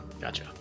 Gotcha